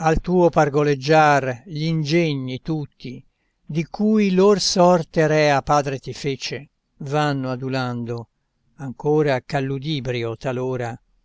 al tuo pargoleggiar gl'ingegni tutti di cui lor sorte rea padre ti fece vanno adulando ancora ch'a ludibrio talora